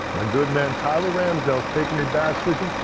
my good man, tyler ramsdell, is taking me bass fishing.